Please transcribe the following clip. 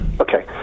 Okay